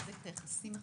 לחזק את היחסים החברתיים,